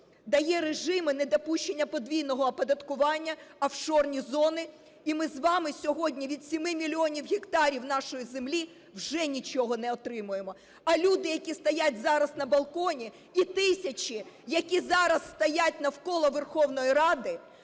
Да є режими недопущення подвійного оподаткування, офшорні зони і ми з вами сьогодні від 7 мільйонів гектарів нашої землі вже нічого не отримуємо. А люди, які стоять зараз на балконі, і тисячі, які зараз стоять навколо Верховної Ради,